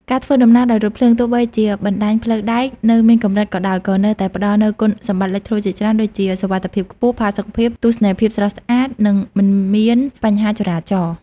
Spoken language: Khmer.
ការធ្វើដំណើរដោយរថភ្លើង ទោះបីជាបណ្ដាញផ្លូវដែកនៅមានកម្រិតក៏ដោយ ក៏នៅតែផ្ដល់នូវគុណសម្បត្តិលេចធ្លោជាច្រើនដូចជា សុវត្ថិភាពខ្ពស់ ផាសុកភាព ទស្សនីយភាពស្រស់ស្អាត និងមិនមានបញ្ហាចរាចរណ៍។